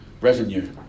revenue